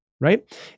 right